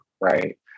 right